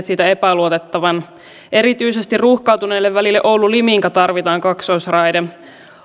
siitä epäluotettavan erityisesti ruuhkautuneelle välille oulu liminka tarvitaan kaksoisraide